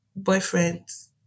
boyfriends